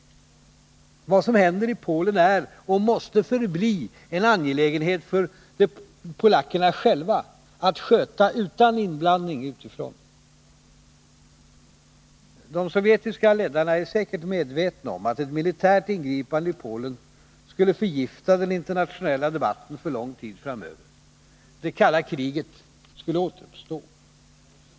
Vad som händer i Polen är och måste förbli en angelägenhet för polackerna själva att sköta utan inblandning utifrån. De sovjetiska ledarna är säkert medvetna om att ett militärt ingripande i Polen skulle förgifta den internationella debatten för lång tid framöver. Det kalla kriget skulle återuppstå.